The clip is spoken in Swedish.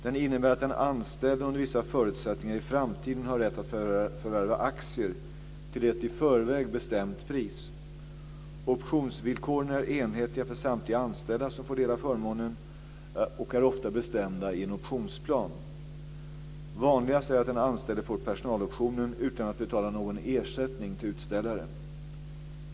Den innebär att den anställde under vissa förutsättningar i framtiden har rätt att förvärva aktier till ett i förväg bestämt pris. Optionsvillkoren är enhetliga för samtliga anställda som får del av förmånen och är ofta bestämda i en optionsplan. Vanligast är att den anställde får personaloptionen utan att betala någon ersättning till utställaren.